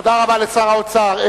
תודה רבה לשר האוצר.